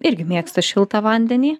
irgi mėgsta šiltą vandenį